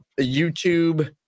YouTube